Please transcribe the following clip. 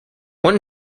one